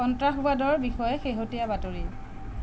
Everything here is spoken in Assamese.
সন্ত্ৰাসবাদৰ বিষয়ে শেহতীয়া বাতৰি